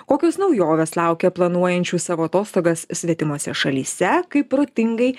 kokios naujovės laukia planuojančių savo atostogas svetimose šalyse kaip protingai